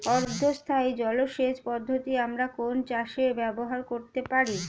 অর্ধ স্থায়ী জলসেচ পদ্ধতি আমরা কোন চাষে ব্যবহার করতে পারি?